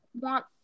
want